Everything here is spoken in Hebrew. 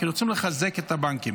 כי רוצים לחזק את הבנקים.